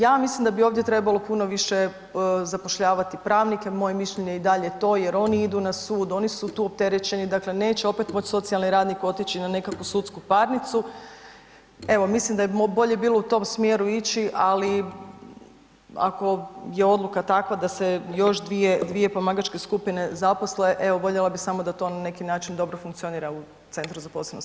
Ja mislim da bi ovdje trebalo puno više zapošljavati pravnike, moje mišljenje je i dalje to jer oni idu na sud, oni su tu opterećeni, dakle neće opet moći socijalni radnik otići na nekakvu sudsku parnicu, evo mislim da je bolje bilo u tom smjeru ići, ali ako je odluka takva da se još dvije pomagačke skupine zaposle, evo voljela bih samo da to na neki način dobro funkcionira u Centru za posebno skrbništvo.